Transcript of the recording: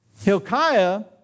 Hilkiah